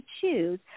choose